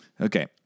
Okay